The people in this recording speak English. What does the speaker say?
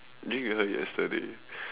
drink with her yesterday